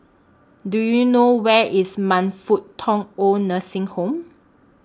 Do YOU know Where IS Man Fut Tong Oid Nursing Home